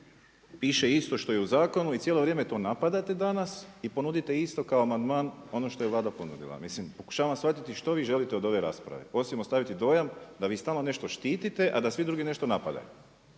Piše isto što i u zakonu i cijelo vrijeme to napadate danas i ponudite isto kao amandman ono što je Vlada ponudila. Mislim pokušavam shvatiti što vi želite od ove rasprave osim ostaviti dojam da vi stalno nešto štitite, a da svi drugi nešto napadaju.